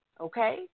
okay